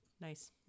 Nice